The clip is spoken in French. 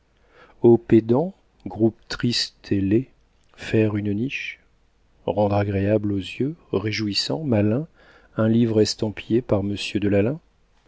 aux pédants groupe triste et laid faire une niche rendre agréable aux yeux réjouissant malin un livre estampillé par monsieur